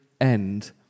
end